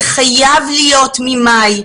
זה חייב להיות מחודש מאי.